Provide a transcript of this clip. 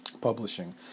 publishing